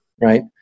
right